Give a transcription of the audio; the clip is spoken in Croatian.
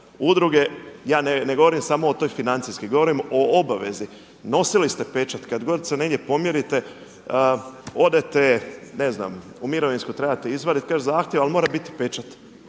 udruge, ja ne govorim samo o toj financijskoj. Govorim o obavezi. Nosili ste pečat. Kad god se negdje pomjerite odete ne znam u mirovinsko trebate izvaditi, kaže zahtjev ali mora biti pečat.